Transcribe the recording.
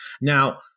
Now